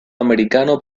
americano